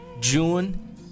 June